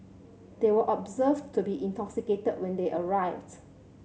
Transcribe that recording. they were observed to be intoxicated when they arrived